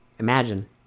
Imagine